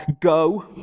Go